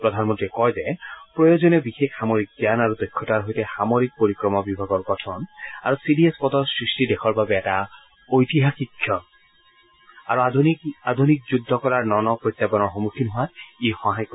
প্ৰধানমন্ত্ৰীয়ে কয় যে প্ৰয়োজনীয় বিশেষ সামৰিক জান আৰু দক্ষতাৰ সৈতে সামৰিক পৰিক্ৰমা বিভাগৰ গঠন আৰু চি ডি এছ পদৰ সৃষ্টি দেশৰ বাবে এটা ঐতিহাসিক ক্ষণ আৰু আধুনিক যুদ্ধ কলাৰ ন ন প্ৰত্যাহানৰ সন্মুখীন হোৱাত ই সহায় কৰিব